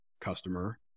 customer